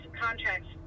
contracts